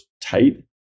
tight